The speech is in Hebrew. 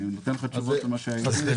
אני נותן תשובות על מה שהייתי.